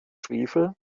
schwefel